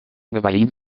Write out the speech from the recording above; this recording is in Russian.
говорить